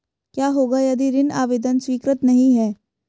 क्या होगा यदि ऋण आवेदन स्वीकृत नहीं है?